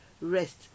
rest